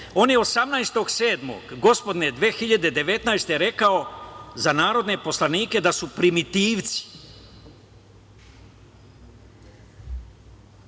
je 18.7. gospodnje 2019. rekao za narodne poslanike da su primitivci.